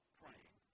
praying